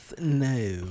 No